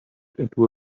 into